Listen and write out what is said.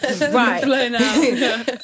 Right